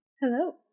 Hello